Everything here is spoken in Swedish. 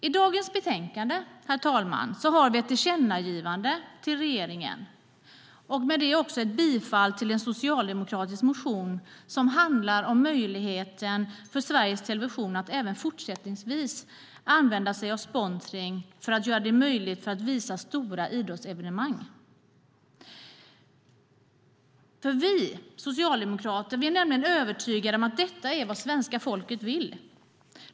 I dagens betänkande har vi ett tillkännagivande till regeringen, och med det ett bifall till en socialdemokratisk motion som handlar om möjligheten för Sveriges Television att även fortsättningsvis använda sig av sponsring för att göra det möjligt att visa stora idrottsevenemang. Vi socialdemokrater är nämligen övertygade om att detta är vad svenska folket vill.